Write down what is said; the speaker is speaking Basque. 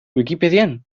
wikipedian